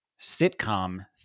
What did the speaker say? sitcom